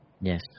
Yes